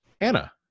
Anna